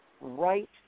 right